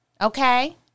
okay